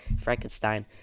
Frankenstein